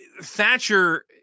Thatcher